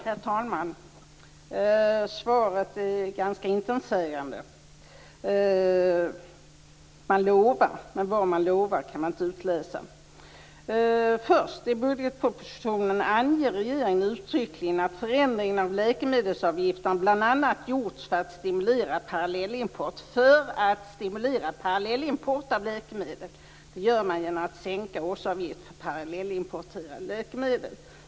Herr talman! Svaret är ganska intetsägande. Man lovar, men vad man lovar kan vi inte utläsa. I budgetpropositionen anger regeringen uttryckligen att förändringen av läkemedelsavgifterna bl.a. gjorts för att stimulera parallellimport av läkemedel. Det gör man genom att sänka årsavgiften för parallellimporterade läkemedel.